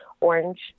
orange